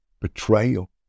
betrayal